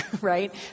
right